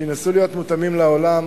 שינסו להיות מותאמים לעולם.